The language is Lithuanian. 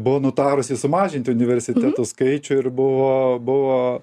buvo nutarusi sumažinti universitetų skaičių ir buvo buvo